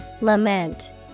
Lament